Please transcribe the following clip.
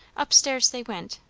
up-stairs they went.